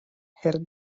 herr